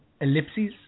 Ellipses